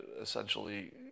essentially